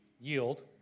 yield